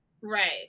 right